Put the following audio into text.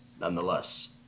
Nonetheless